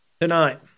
tonight